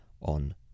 on